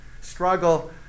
struggle